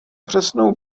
přesnou